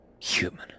human